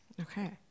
okay